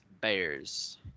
Bears